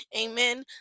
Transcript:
Amen